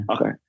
Okay